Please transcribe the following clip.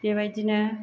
बेबायदिनो